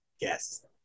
Yes